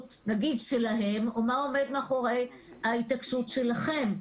שלהם או מה עומד מאחורי ההתעקשות שלכם?